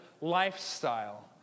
lifestyle